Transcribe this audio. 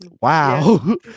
Wow